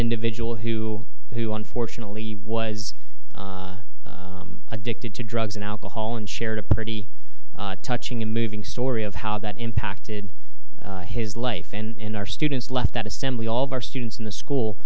individual who who unfortunately was addicted to drugs and alcohol and shared a pretty touching and moving story of how that impacted his life and our students left that assembly all of our students in the school